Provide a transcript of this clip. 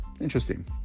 interesting